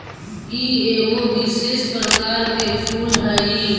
ई एगो विशेष प्रकार के फूल हई